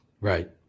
Right